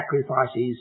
sacrifices